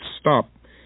stop